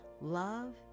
love